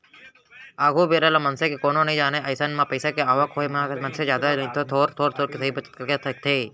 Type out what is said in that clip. आघु बेरा ल मनसे के कोनो नइ जानय अइसन म पइसा के आवक होय म मनसे ह जादा नइतो थोर थोर ही सही बचत करके रखथे